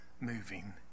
moving